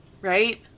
Right